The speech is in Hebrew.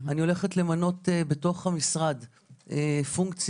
אני הולכת למנות בתוך המשרד פונקציה,